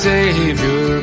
Savior